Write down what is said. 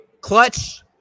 clutch